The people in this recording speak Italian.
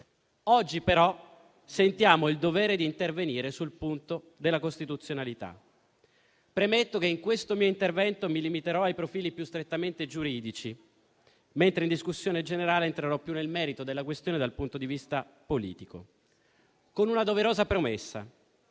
Oggi, però, sentiamo il dovere d'intervenire sul punto della costituzionalità. In questo mio intervento mi limiterò ai profili più strettamente giuridici, mentre in discussione generale entrerò più nel merito della questione dal punto di vista politico. Faccio una doverosa premessa: